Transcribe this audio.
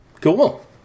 Cool